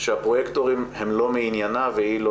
שהפרוייקטורים הם לא מעניינה והיא לא